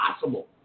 possible